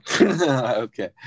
Okay